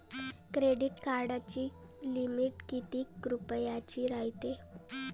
Credit कार्डाची limit कितीक रुपयाची रायते?